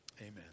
amen